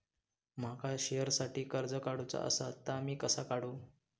माका शेअरसाठी कर्ज काढूचा असा ता मी कसा काढू?